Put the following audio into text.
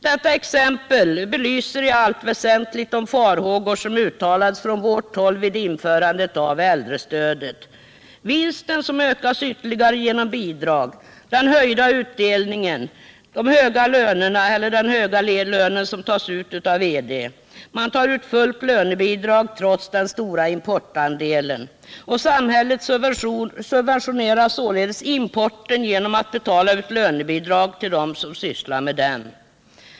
Detta exempel belyser i allt väsentligt de farhågor som uttalades från vårt håll vid införandet av äldrestödet: vinsten som ökas ytterligare genom bidrag, den höjda utdelningen, den höga lönen som tas ut av VD. Man tar ut fullt lönebidrag trots den stora importandelen. Samhället subventionerar således importen genom att betala ut lönebidrag till dem som sysslar med den.